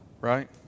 Right